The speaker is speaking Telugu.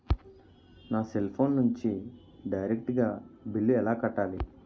నా సెల్ ఫోన్ నుంచి డైరెక్ట్ గా బిల్లు ఎలా కట్టాలి?